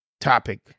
topic